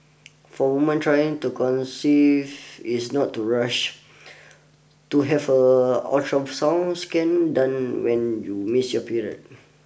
for woman trying to conceive is not to rush to have a ultrasound scan done when you miss your period